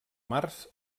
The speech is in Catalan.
març